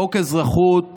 חוק אזרחות